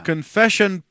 Confession